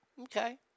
okay